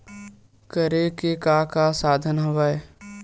करे के का का साधन हवय?